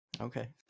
Okay